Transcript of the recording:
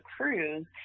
cruise